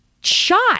shot